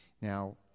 Now